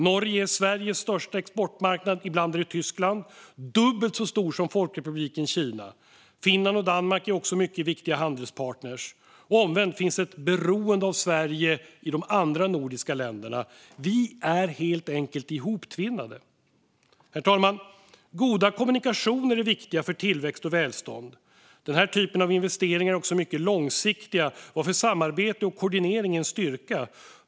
Norge är Sveriges största exportmarknad ibland är det Tyskland - och dubbelt så stor som Folkrepubliken Kina är. Finland och Danmark är också mycket viktiga handelspartner. Omvänt finns ett beroende av Sverige i de andra nordiska länderna. Vi är helt enkelt hoptvinnade. Herr talman! Goda kommunikationer är viktiga för tillväxt och välstånd. Den här typen av investeringar är också mycket långsiktiga, varför samarbete och koordinering är en styrka.